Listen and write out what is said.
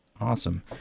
awesome